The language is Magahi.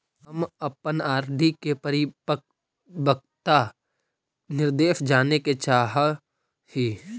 हम अपन आर.डी के परिपक्वता निर्देश जाने के चाह ही